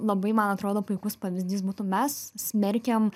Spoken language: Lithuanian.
labai man atrodo puikus pavyzdys būtų mes smerkiam